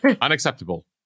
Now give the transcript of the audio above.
unacceptable